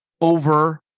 over